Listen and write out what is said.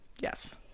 Yes